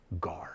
guard